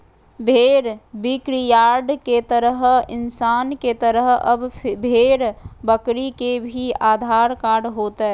भेड़ बिक्रीयार्ड के तहत इंसान के तरह अब भेड़ बकरी के भी आधार कार्ड होतय